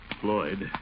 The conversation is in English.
Floyd